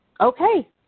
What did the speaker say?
okay